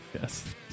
Yes